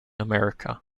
america